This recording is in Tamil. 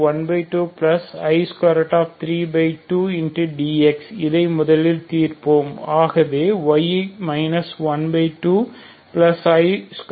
dy12i32dx இதை முதலில் தீர்ப்போம் ஆகவே y 12i32